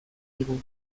digu